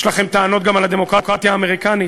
יש לכם טענות גם על הדמוקרטיה האמריקנית,